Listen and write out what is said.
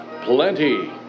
Plenty